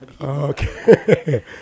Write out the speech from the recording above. Okay